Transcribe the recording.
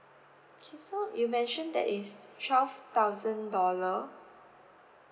okay so you mentioned that is twelve thousand dollar